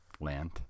land